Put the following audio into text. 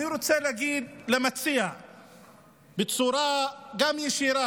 אני רוצה להגיד למציע גם בצורה ישירה,